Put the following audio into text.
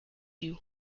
you